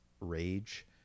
rage